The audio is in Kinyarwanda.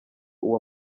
uwo